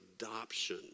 adoption